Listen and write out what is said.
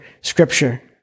Scripture